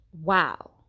wow